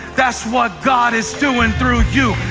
that's what god is doing through you.